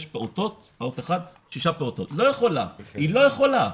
פעוטות, היא לא יכולה.